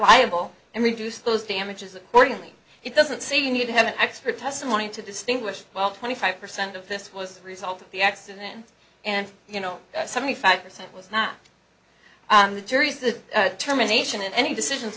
liable and reduce those damages accordingly it doesn't say you need to have an expert testimony to distinguish well twenty five percent of this was a result of the accident and you know seventy five percent was not the jury's the terminations and any decisions